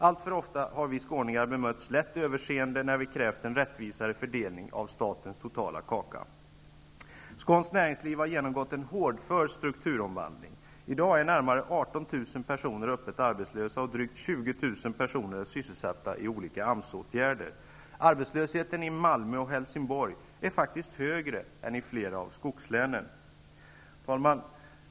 Alltför ofta har vi skåningar bemötts lätt överseende när vi krävt en rättvisare fördelning av statens totala kaka. Skånskt näringsliv har genomgått en hårdför strukturomvandling. I dag är närmare 18 000 Arbetslösheten i Malmö och Helsingborg är faktiskt högre än i flera av skogslänen. Herr talman!